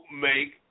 make